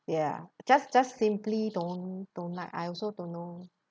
ya just just simply don't don't like I also don't know